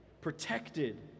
protected